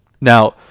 Now